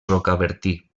rocabertí